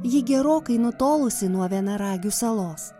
ji gerokai nutolusi nuo vienaragių salos